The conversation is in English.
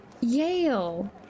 Yale